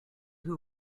who